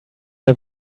her